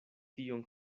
tion